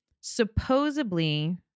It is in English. supposedly